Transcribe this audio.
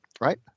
right